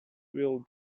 will